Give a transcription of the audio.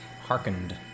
hearkened